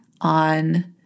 on